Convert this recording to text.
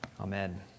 Amen